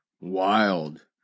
Wild